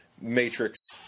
matrix